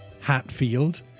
Hatfield